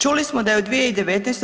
Čuli smo da je u 2019.